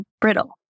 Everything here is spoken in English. brittle